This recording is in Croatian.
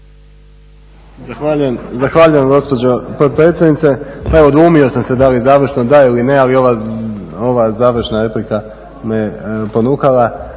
Zahvaljujem gospođo potpredsjednice. Pa evo dvoumio sam se da li završno, da ili ne, ali ova završna replika me ponukala.